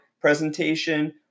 presentation